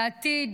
למען עתיד